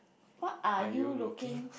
what are you looking